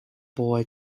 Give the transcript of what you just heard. boy